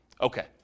Okay